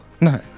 No